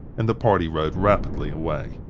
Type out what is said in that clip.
and the party rode rapidly away.